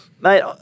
Mate